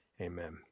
Amen